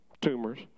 tumors